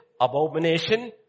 abomination